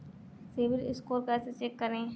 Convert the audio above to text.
CIBIL score कैसे check करें?